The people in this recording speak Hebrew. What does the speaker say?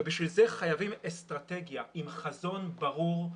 לשם כך חייבים אסטרטגיה עם חזון ברור,